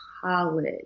college